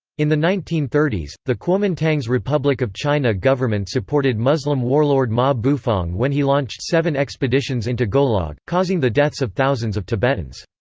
in the nineteen thirty s, the kuomintang's republic of china government supported muslim warlord ma bufang when he launched seven expeditions into golog, golog, causing the deaths of thousands of tibetans.